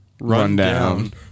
Rundown